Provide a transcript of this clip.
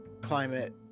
climate